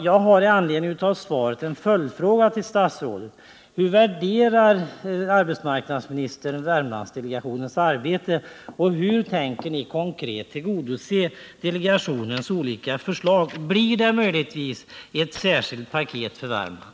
Jag har i anledning av svaret en följdfråga till statsrådet: Hur värderar arbetsmarknadsministern Värmlandsdelegationens arbete och hur tänker ni konkret tillgodose delegationens olika förslag? Blir det möjligtvis ett särskilt paket för Värmland?